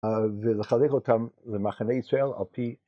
ולחלק אותם למחנה ישראל על פי